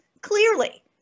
clearly